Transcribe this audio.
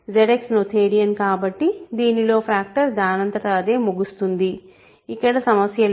ZX నోథేరియన్ కాబట్టి దీనిలో ఫ్యాక్టర్ దానంతట అదే ముగుస్తుంది ఇక్కడ సమస్య లేదు